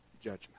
judgment